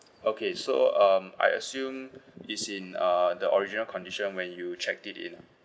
okay so um I assume it's in uh the original condition when you checked it in